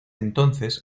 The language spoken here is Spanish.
entonces